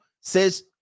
Says